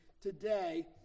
today